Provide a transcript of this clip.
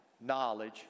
Knowledge